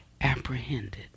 apprehended